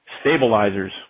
stabilizers